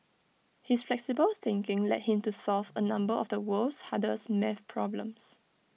his flexible thinking led him to solve A number of the world's hardest math problems